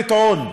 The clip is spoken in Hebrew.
לטעון.